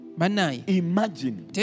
imagine